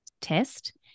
test